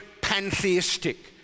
pantheistic